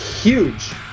huge